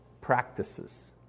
practices